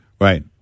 Right